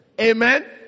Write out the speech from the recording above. Amen